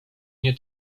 nie